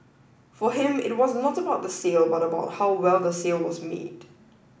for him it was not about the sale but about how well the sale was made